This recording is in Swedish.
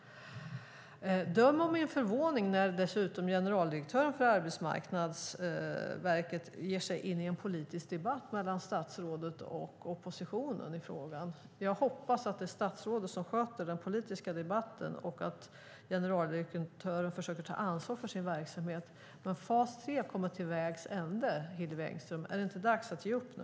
Döm om min förvåning när dessutom generaldirektören för Arbetsförmedlingen ger sig in i en politisk debatt mellan statsrådet och oppositionen i frågan! Jag hoppas att det är statsrådet som sköter den politiska debatten och att generaldirektören försöker ta ansvar för sin verksamhet. Men fas 3 har kommit till vägs ände, Hillevi Engström. Är det inte dags att ge upp nu?